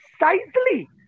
precisely